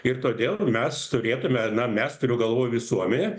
ir todėl mes turėtume na mes turiu galvoj visuomenę